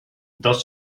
dos